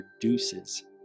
produces